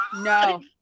No